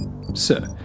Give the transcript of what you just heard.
Sir